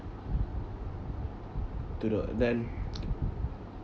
to the then